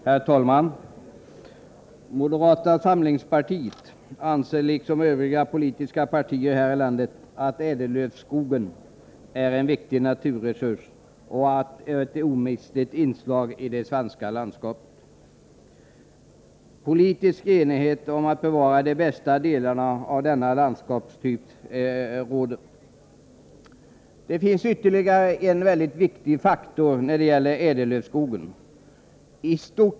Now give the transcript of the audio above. Herr talman! Moderata samlingspartiet anser liksom övriga politiska partier här i landet att ädellövskogen är en viktig naturresurs och ett omistligt inslag i det svenska landskapet. Politisk enighet om att bevara de bästa delarna av denna landskapstyp råder. Det finns ytterligare en väldigt viktig faktor när det gäller ädellövskogen.